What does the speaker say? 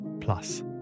plus